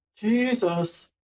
Jesus